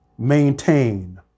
maintain